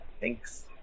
Thanks